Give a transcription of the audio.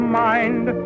mind